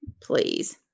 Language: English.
Please